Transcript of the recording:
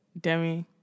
Demi